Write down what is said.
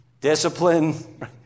discipline